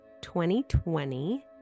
2020